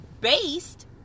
based